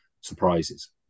surprises